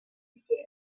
scared